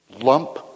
lump